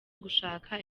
gushaka